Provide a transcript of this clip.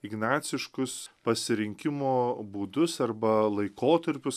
ignaciškus pasirinkimo būdus arba laikotarpius